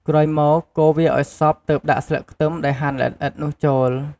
ក្រោយមក កូរវាឱ្យសព្វទើបដាក់ស្លឹកខ្ទឹមដែលហាន់ល្អិតៗនោះចូល។